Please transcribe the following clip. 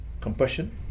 compassion